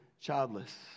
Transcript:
childless